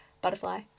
Butterfly